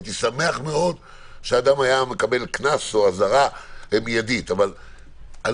הייתי שמח מאוד שהאדם היה מקבל קנס או אזהרה מיידית מה